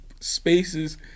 spaces